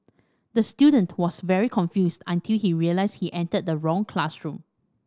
the student was very confused until he realised he entered the wrong classroom